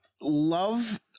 Love